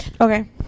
Okay